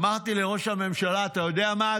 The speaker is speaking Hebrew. אמרתי לראש הממשלה: אתה יודע מה,